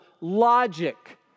logic